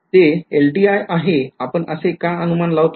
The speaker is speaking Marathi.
ते LTI आहे आपण असे का अनुमान लावतोय